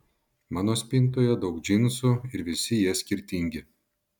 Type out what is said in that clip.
mano spintoje daug džinsų ir visi jie skirtingi